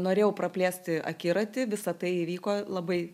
norėjau praplėsti akiratį visa tai įvyko labai